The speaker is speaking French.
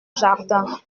jardin